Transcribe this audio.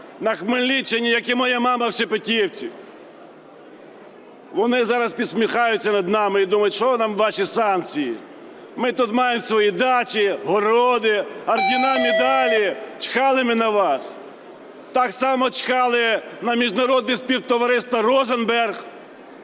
на Хмельниччині, як і моя мама, в Шепетівці. Вони зараз насміхаються над нами і думають, що нам ваші санкції, ми тут маємо свої дачі, городи, ордена-медали, чхали ми на вас. Так само чхали на міжнародне співтовариство Розенберг,